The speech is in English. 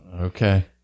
Okay